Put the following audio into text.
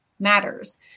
matters